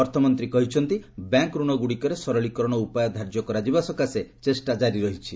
ଅର୍ଥମନ୍ତ୍ରୀ କହିଛନ୍ତି ବ୍ୟାଙ୍କ ରଣ ଗୁଡିକରେ ସରଳୀକରଣ ଉପାୟ ଧାର୍ଯ୍ୟ କରାଯିବା ସକାଶେ ଚେଷ୍ଟା କାରି ରହିଛି